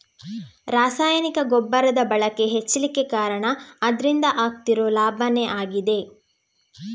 ರಾಸಾಯನಿಕ ಗೊಬ್ಬರದ ಬಳಕೆ ಹೆಚ್ಲಿಕ್ಕೆ ಕಾರಣ ಅದ್ರಿಂದ ಆಗ್ತಿರೋ ಲಾಭಾನೇ ಆಗಿದೆ